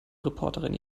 reporterin